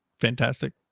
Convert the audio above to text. fantastic